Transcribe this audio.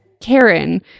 karen